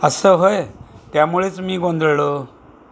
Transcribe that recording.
असं होय त्यामुळेच मी गोंधळलो